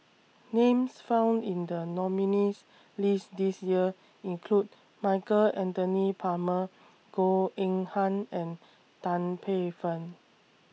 Names found in The nominees' list This Year include Michael Anthony Palmer Goh Eng Han and Tan Paey Fern